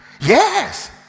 Yes